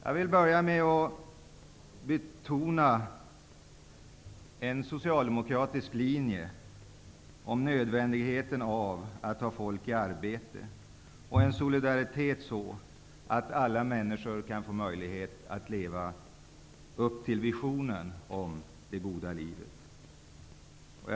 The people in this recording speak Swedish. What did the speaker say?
Jag vill börja med att betona nödvändigheten av att ha folk i arbete och att visa solidaritet så att alla människor kan få möjlighet att leva upp till visionen om det goda livet. Det är en socialdemokratisk linje.